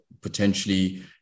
potentially